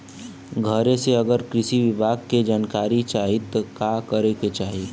घरे से अगर कृषि विभाग के जानकारी चाहीत का करे के चाही?